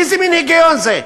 איזה מין היגיון זה?